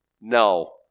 no